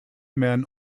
men